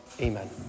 Amen